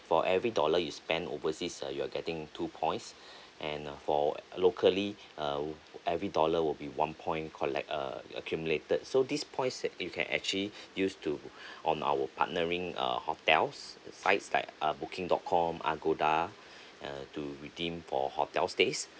for every dollar you spent overseas uh you are getting two points and for locally uh every dollar will be one point collect err accumulated so these points that you can actually use to on our partnering uh hotels sites like uh booking dot com agoda uh to redeem for hotel stays